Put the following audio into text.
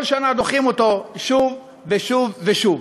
כל שנה דוחים אותו, שוב ושוב ושוב.